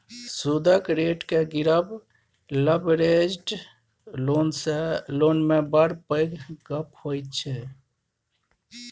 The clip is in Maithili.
सुदक रेट केँ गिरब लबरेज्ड लोन मे बड़ पैघ गप्प होइ छै